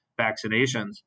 vaccinations